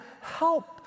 help